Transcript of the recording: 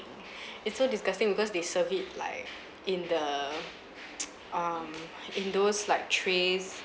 it's so disgusting because they serve it like in the um in those like trays